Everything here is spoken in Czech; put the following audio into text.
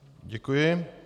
Děkuji.